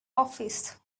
office